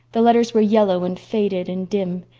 the letters were yellow and faded and dim,